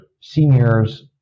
seniors